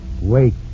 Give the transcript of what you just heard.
Wait